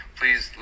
please